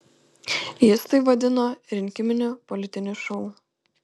jis tai vadino rinkiminiu politiniu šou